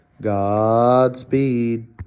Godspeed